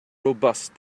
robust